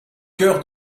chœur